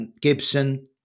Gibson